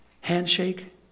handshake